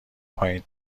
پایین